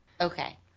Okay